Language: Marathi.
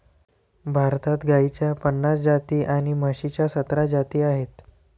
भारतात गाईच्या पन्नास जाती आणि म्हशीच्या सतरा जाती आहेत